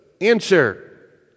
answer